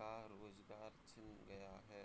का रोजगार छिन गया है